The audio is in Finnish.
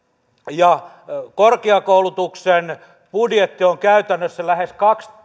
korkeakoulutuksen budjetti on käytännössä lähes